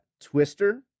Twister